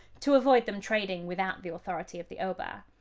to avoid them trading without the authority of the oba.